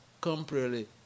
completely